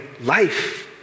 life